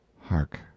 Hark